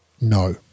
no